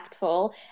impactful